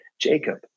Jacob